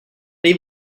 they